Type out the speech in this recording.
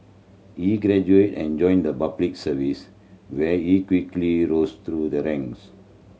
he graduated and joined the Public Service where he quickly rose through the ranks